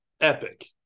epic